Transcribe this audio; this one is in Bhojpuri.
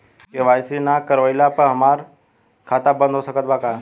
के.वाइ.सी ना करवाइला पर हमार खाता बंद हो सकत बा का?